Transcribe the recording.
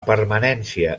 permanència